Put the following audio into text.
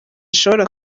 ishobora